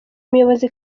muyobozi